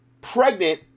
pregnant